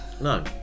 No